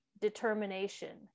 determination